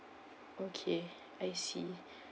okay I see